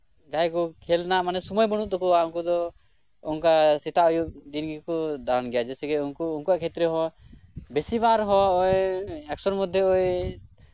ᱡᱟᱦᱟᱸᱭ ᱠᱚ ᱠᱷᱮᱞ ᱨᱮᱱᱟᱜ ᱚᱱᱠᱟ ᱥᱚᱢᱚᱭ ᱵᱟᱱᱩᱜ ᱛᱟᱠᱚᱣᱟ ᱩᱱᱠᱩ ᱫᱚ ᱚᱱᱠᱟ ᱫᱤᱱ ᱜᱮᱠᱚ ᱫᱟᱸᱬᱟᱱ ᱜᱮᱭᱟ ᱡᱮᱭᱥᱮ ᱜᱮ ᱩᱱᱠᱩ ᱩᱱᱠᱩᱣᱟᱜ ᱠᱷᱮᱛᱨᱮ ᱦᱚᱸ ᱵᱤᱥᱤ ᱵᱟᱝ ᱨᱮᱦᱚᱸ ᱮᱸᱜ ᱮᱠᱥᱚᱨ ᱢᱚᱫᱽᱫᱷᱮ ᱨᱮ ᱳᱭ